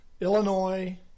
Illinois